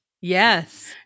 Yes